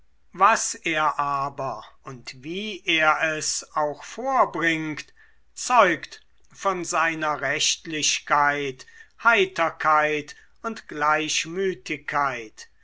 was er aber und wie er es auch vorbringt zeugt von seiner rechtlichkeit heiterkeit und